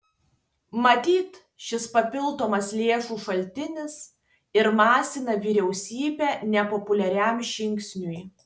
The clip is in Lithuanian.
matyt šis papildomas lėšų šaltinis ir masina vyriausybę nepopuliariam žingsniui